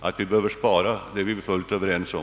Att vi behöver spara är vi båda helt ense om.